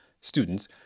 students